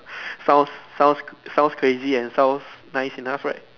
sounds sounds sounds crazy and sounds nice enough right